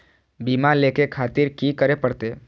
बीमा लेके खातिर की करें परतें?